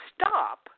stop